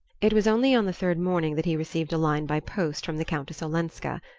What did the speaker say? it was only on the third morning that he received a line by post from the countess olenska.